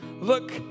Look